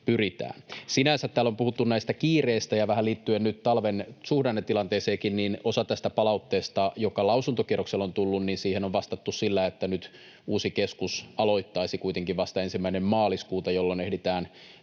Sinänsä, kun täällä on puhuttu kiireestä ja vähän liittyen nyt talven suhdannetilanteeseenkin, osaan tästä palautteesta, joka lausuntokierroksella on tullut, on vastattu sillä, että nyt uusi keskus aloittaisi kuitenkin vasta 1. maaliskuuta, jolloin ehditään